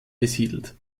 besiedelt